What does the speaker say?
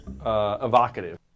evocative